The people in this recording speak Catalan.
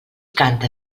canta